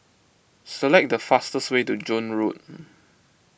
select the fastest way to Joan Road